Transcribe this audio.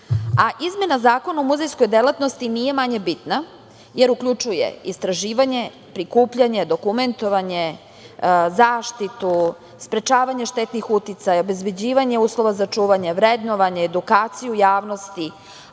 izmena Zakona o muzejskoj delatnosti nije manje bitna, jer uključuje istraživanje, prikupljanje, dokumentovanje, zaštitu, sprečavanje štetnih uticaja, obezbeđivanje uslova za čuvanje, vrednovanje, edukaciju javnosti,